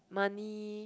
money